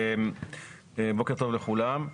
בוקר טוב לכולם.